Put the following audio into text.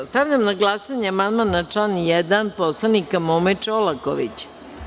Stavljam na glasanje amandman na član 1. Mome Čolakovića.